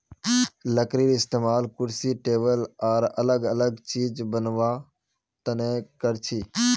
लकडीर इस्तेमाल कुर्सी टेबुल आर अलग अलग चिज बनावा तने करछी